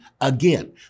again